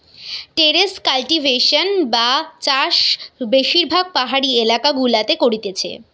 terrace cultivation বা চাষ বেশিরভাগ পাহাড়ি এলাকা গুলাতে করতিছে